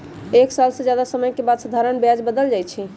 एक साल से जादे समय के बाद साधारण ब्याज बदल जाई छई